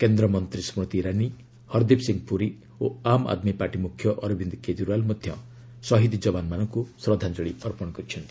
କେନ୍ଦ୍ର ମନ୍ତ୍ରୀ ସ୍କୃତି ଇରାନୀ ହରଦୀପ ସିଂହ ପୁରୀ ଓ ଆମ ଆଦମୀ ପାର୍ଟି ମୁଖ୍ୟ ଅରବିନ୍ଦ କେଜରିଓ୍ବାଲ ମଧ୍ୟ ସହିଦ ଯବାନମାନଙ୍କୁ ଶ୍ରଦ୍ଧାଞ୍ଜଳୀ ଅର୍ପଣ କରିଛନ୍ତି